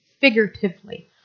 figuratively